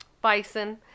bison